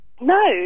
No